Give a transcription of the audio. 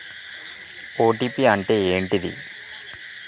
OTP అంటే ఏంటిది?